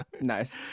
Nice